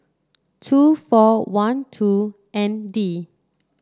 two four one two N D